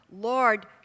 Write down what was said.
Lord